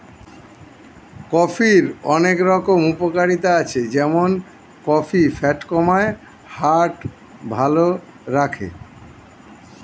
কফির অনেক রকম উপকারিতা আছে যেমন কফি ফ্যাট কমায়, হার্ট ভালো রাখে